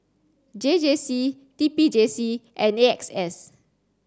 J J C T P J C and A X S